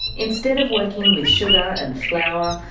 instead of working with sugar and flour,